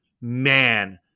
man